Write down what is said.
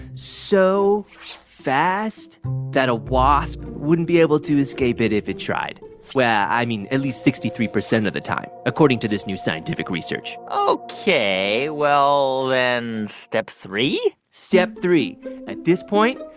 so fast that a wasp wouldn't be able to escape it if it tried. yeah i mean, at least sixty three percent of the time, according to this new scientific research ok. well, then step three? step three, at this point,